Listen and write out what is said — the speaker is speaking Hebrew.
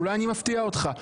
אולי אני מפתיע אותך,